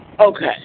Okay